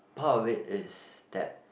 part of it is that